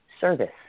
service